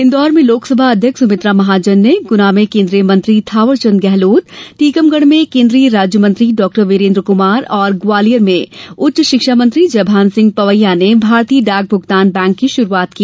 इन्दौर में लोकसभा अध्यक्ष सुमित्रा महाजन ने गुना में केन्द्रीय मंत्री थावरचन्द गेहलोत टीकमगढ़ में केन्द्रीय राज्य मंत्री डॉ विरेन्द्र कुमार और ग्वालियर में उच्च शिक्षा मंत्री जयभान सिंह पवैया ने भारतीय डाक भूगतान बैंक की शुरूआत की